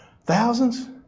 Thousands